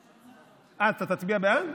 אה, אתה תצביע בעד?